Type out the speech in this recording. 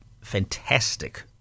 fantastic